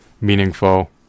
meaningful